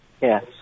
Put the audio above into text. Yes